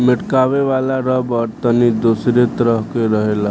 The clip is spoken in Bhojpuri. मेटकावे वाला रबड़ तनी दोसरे तरह के रहेला